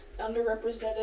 underrepresented